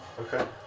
Okay